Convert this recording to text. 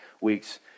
weeks